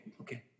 Okay